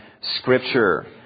Scripture